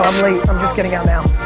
i'm just getting out now.